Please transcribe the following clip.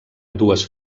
dues